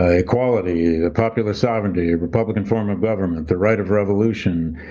ah equality, the popular sovereignty, republican form of government, the right of revolution,